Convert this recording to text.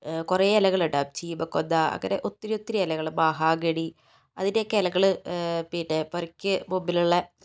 കുറേ ഇലകളുണ്ടാകും ചീമ കൊന്ന അങ്ങനെ ഒത്തിരി ഒത്തിരി ഇലകൾ മഹാഗണി അതിൻ്റെയൊക്കെ ഇലകൾ പിന്നെ പെറുക്കി മുമ്പിലുള്ള